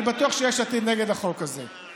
אני בטוח שיש עתיד נגד החוק הזה,